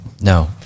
no